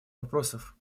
вопросов